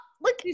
look